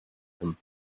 him